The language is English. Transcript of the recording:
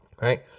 right